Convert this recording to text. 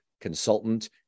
consultant